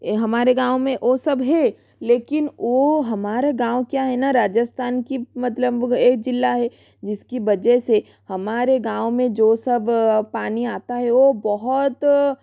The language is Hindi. हमारे गाँव मे वो सब है लेकिन ओ हमारे गाँव किया है न राजस्थान की मतलब एक जिला हैं जिसकी वजह से हमारे गाँव मे जो सब पानी आता है वो बहुत